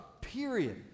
Period